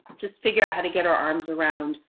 just figure out how to get our arms around,